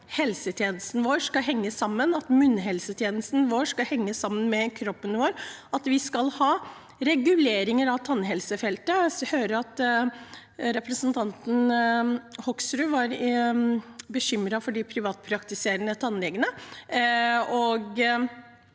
at munnhelsen skal henge sammen med kroppen, og at vi skal ha reguleringer av tannhelsefeltet. Jeg hørte at representanten Hoksrud var bekymret for de privatpraktiserende tannlegene.